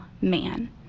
man